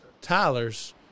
Tyler's